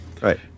Right